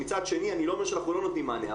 מצד שני, אני לא אומר שאנחנו לא נותנים מענה.